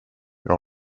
jag